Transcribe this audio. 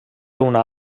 una